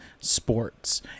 Sports